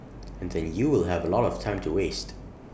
and then you will have A lot of time to waste